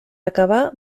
acabar